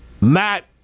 Matt